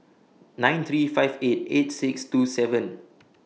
nine three five eight eight six two seven